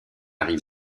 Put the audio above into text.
rive